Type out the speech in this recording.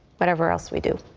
whatever else we do.